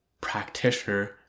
practitioner